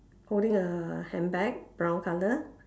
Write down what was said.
holding a handbag brown colour